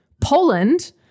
Poland